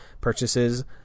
purchases